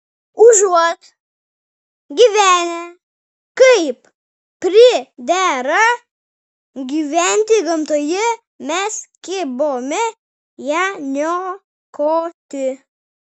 užuot gyvenę kaip pridera gyventi gamtoje mes kibome ją niokoti